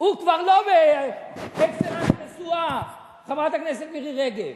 הוא כבר לא ב"אקסלנס נשואה", חברת הכנסת מירי רגב.